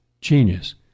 genius